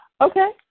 Okay